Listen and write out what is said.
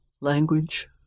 language